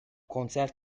konser